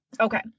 Okay